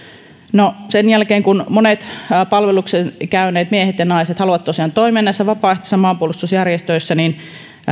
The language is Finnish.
no sen jälkeen kun monet palveluksen käyneet miehet ja naiset haluavat tosiaan toimia näissä vapaaehtoisissa maanpuolustusjärjestöissä niin